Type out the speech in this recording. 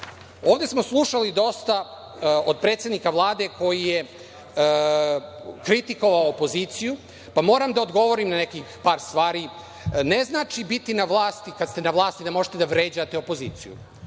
smo slušali dosta od predsednika Vlade koji je kritikovao opoziciju, pa moram da odgovorim na par nekih stvari. Ne znači ne biti na vlasti, kada ste na vlasti da možete da vređate opoziciju.